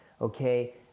okay